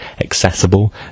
accessible